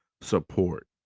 support